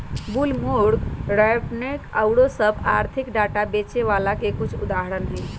Bloomberg, RavenPack आउरो सभ आर्थिक डाटा बेचे बला के कुछ उदाहरण हइ